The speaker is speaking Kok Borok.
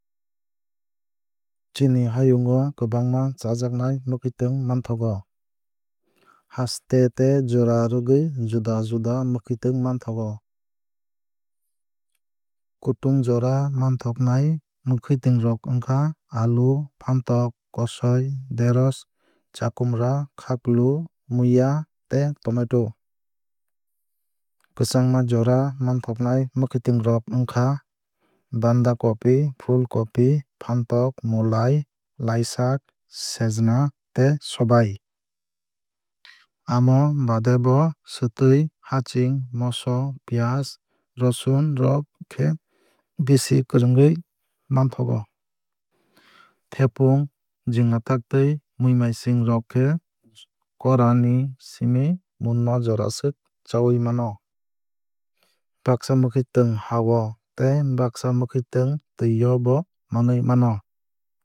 Chini hayung o kwbangma chajaknai mwkhwtwng manthogo. Haste tei jora rwgwui juda juda mwkhwuitwng manthogo. Kutung jora manthoknai mwkhwuitwng rok wngkha alu phantok kosoi deros chakruma khaklu muiya tei tomato. Kwchangma jora mathoknai mwkhwuitwng rok wngkha banda copi phul copi phantok mulai laisak sejna tei sobai. Amo baade bo swtwui haching moso piyaj rosun rok khe bisi kwrwngwui manthogo. Thepung jingathaktwui muimaising rok khe kora ni simi munma joraswk chawui mano. Baksa mwkhwuitwng ha o tei baksa mwkhwuitwng twui o bo manwui mano.